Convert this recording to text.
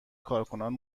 کارکنان